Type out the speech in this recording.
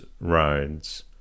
roads